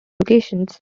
locations